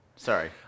Sorry